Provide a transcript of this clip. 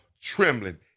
trembling